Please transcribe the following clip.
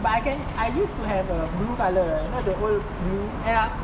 but I can I used to have a blue colour you know the old blue